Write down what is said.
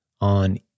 on